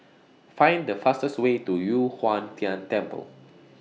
Find The fastest Way to Yu Huang Tian Temple